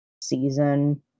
season